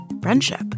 friendship